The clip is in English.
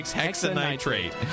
hexanitrate